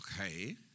okay